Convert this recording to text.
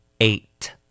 Eight